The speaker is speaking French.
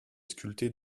sculptées